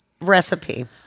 recipe